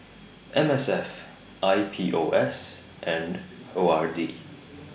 M S F I P O S and O R D